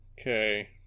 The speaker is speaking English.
Okay